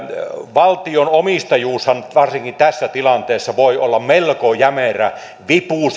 valtionomistajuushan varsinkin tässä tilanteessa voi olla melko jämerä vipu siihen